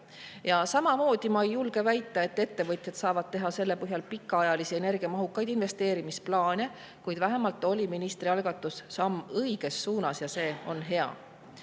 ole. Samuti ei julge ma väita, et ettevõtjad saavad teha selle põhjal pikaajalisi energiamahukaid investeerimisplaane. Kuid vähemalt oli ministri algatus samm õiges suunas, ja see on